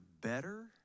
better